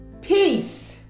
peace